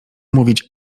mówić